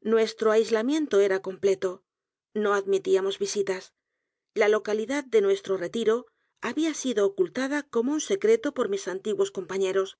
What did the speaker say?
nuestro aislamiento era completo no admitíamos visitas la localidad de nuestro retiro había sido ocultada como un secreto por mis antiguos compañeros